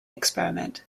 experiment